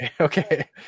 okay